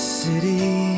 city